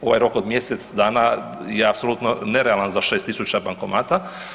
Ovaj rok od mjesec dana je apsolutno nerealan za 6000 bankomata.